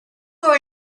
for